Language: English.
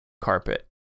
carpet